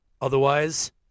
Otherwise